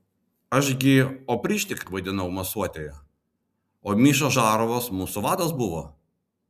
aš gi opričniką vaidinau masuotėje o miša žarovas mūsų vadas buvo